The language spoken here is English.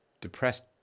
depressed